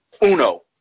Uno